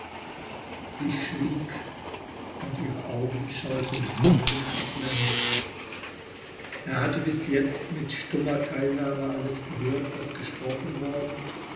sie schwieg und ihre augen schauten fragend auf leonard er hatte bis jetzt mit stummer teilnahme alles gehört was gesprochen worden